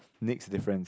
next difference